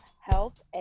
health